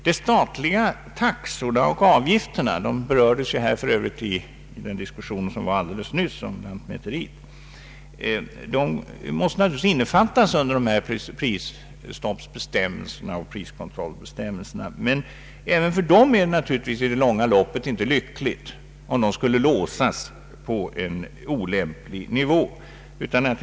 De statliga taxorna och avgifterna — de berördes för övrigt i den föregående diskussionen om lantmäteriverksamheten — måste givetvis innefattas under dessa prisstoppsoch priskontrollbestämmelser. Men det är naturligtvis inte heller lyckligt om dessa i det långa loppet skulle låsas på en olämplig nivå.